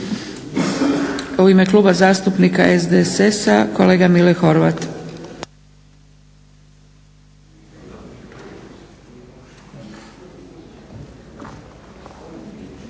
U ime Kluba zastupnika SDSS-a kolega Mile Horvat.